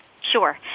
Sure